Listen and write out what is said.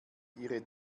ihre